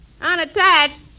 Unattached